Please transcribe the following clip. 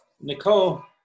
Nicole